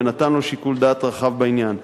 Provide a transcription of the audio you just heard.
ונתן לו שיקול דעת רחב בעניין.